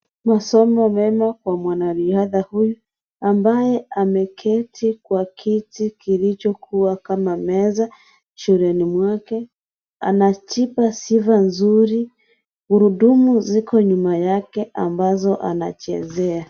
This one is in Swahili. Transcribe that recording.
Masomo mema Kwa mwanariadha huyu ambaye ameketi Kwa kiti kilichokuwa kama meza shuleni mwake, anajipa sifa nzuri , gurudumu ziko nyuma yake ambazo anachezea.